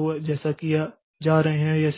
तो जैसा कि आप जा रहे हैं